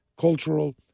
cultural